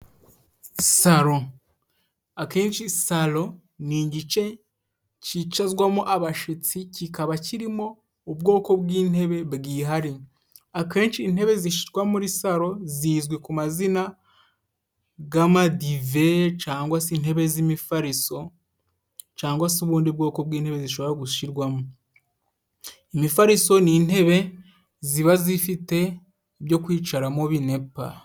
Saro akenshi saro ni igice cicazwamo abashitsi kikaba kirimo, ubwoko bw'intebe bwihariye, akenshi intebe zishishwa muri salo zizwi ku mazina gamadive, cangwa se intebe z'imifariso cyangwa se ubundi bwoko bw'intebe zishobora gushyirwamo imifariso, n'intebe ziba zifite ibyo kwicaramo binebe.